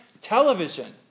television